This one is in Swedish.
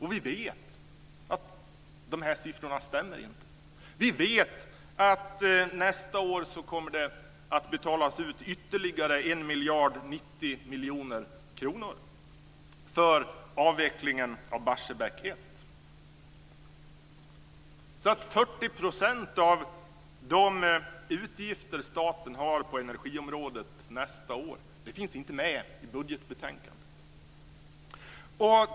Och vi vet att dessa siffror inte stämmer.